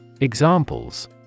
Examples